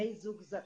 יש.